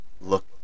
look